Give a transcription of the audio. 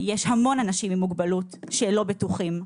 יש המון אנשים עם מוגבלות שלא בטוחים,